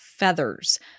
Feathers